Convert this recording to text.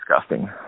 disgusting